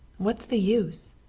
what's the use?